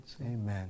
Amen